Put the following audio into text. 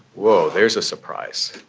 whoa, there's a surprise.